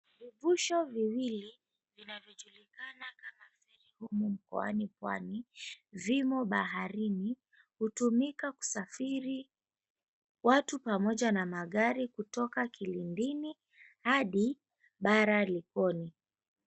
Vivusho viwili inavyo julikana kama feri mkoani pwani zimo baharini hutumika kusafiri, watu pamoja na magari hutoka kilindini hadi bara likoni.